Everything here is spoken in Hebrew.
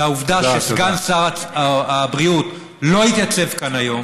והעובדה שסגן שר הבריאות לא התייצב כאן היום